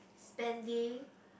spending